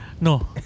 No